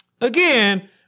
Again